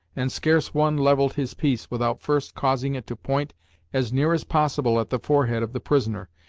and scarce one levelled his piece without first causing it to point as near as possible at the forehead of the prisoner,